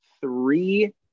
three